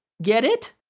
get it?